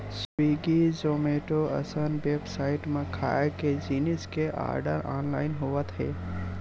Swiggy, Zomato असन website म खाए के जिनिस के आरडर ऑनलाइन होवत हे